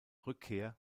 rückkehr